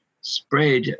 spread